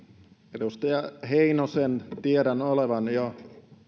edustaja heinosen tiedän olevan jo